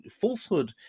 falsehood